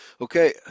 Okay